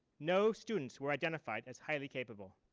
no students were identified as highly capable.